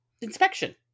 inspection